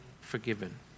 forgiven